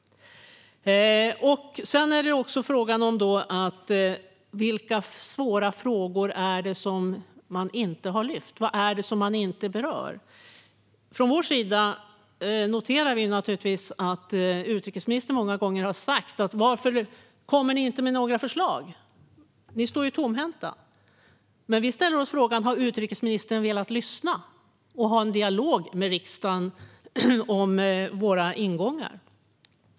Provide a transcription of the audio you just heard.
Vilka svåra frågor har inte lyfts upp? Vad är det som man inte berör? Vi här i riksdagen noterar naturligtvis att utrikesministern många gånger har undrat varför vi inte kommer med förslag och hävdar att vi står tomhänta. Men vi ställer oss frågan om utrikesministern har velat lyssna och ha en dialog med riksdagen om våra ingångar.